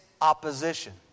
opposition